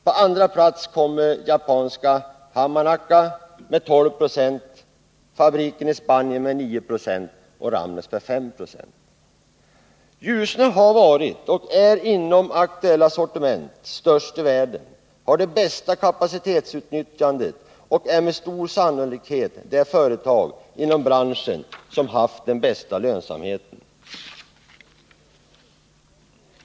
På andra plats kommer japanska Hamanaka med 12 26, medan fabriken i Spanien har 9 20 och Ramnäs 5». Ljusne har varit och är inom aktuella sortiment störst i världen, har det bästa kapacitetsutnyttjandet och är med stor sannolikhet det företag inom branschen som haft den bästa lönsamheten.